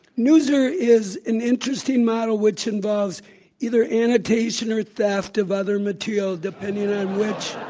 newser is an interesting model which involves either imitation or theft of other material depending on which